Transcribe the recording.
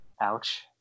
ouch